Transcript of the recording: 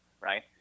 right